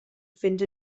fynd